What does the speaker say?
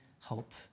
hope